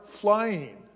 flying